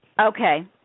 Okay